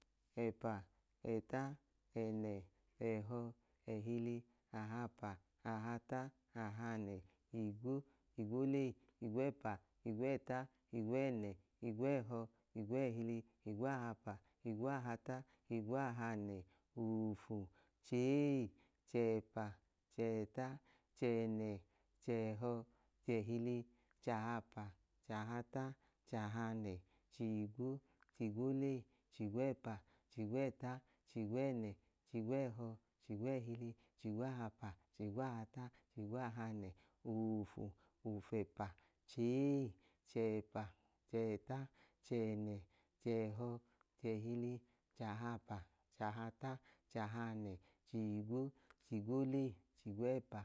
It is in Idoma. Ẹpa ẹta ẹnẹ ẹhọ ẹhili ahapa ahata ahanẹ igwo igwole igwẹpa igwẹẹta igwẹẹnẹ igwẹẹhọ igwẹẹhili igwaahapa igwaahata igwaahanẹ oofu chei chẹẹpa chẹẹta chẹẹnẹ chẹẹhọ chẹẹhili chahapa chahata chahanẹ chigwo chigwole chigwẹẹpa chigwẹẹta chigwẹẹnẹ chigwẹẹhọ chigwẹẹhili chigwaahapa chigwaahata chigwaahanẹ oofu ofẹpa chei chẹẹpa chẹẹta chẹẹnẹ chẹẹhọ chẹẹhili chahapa chahata chahanẹ chiigwo chigwole chiwẹgwẹ